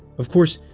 of course,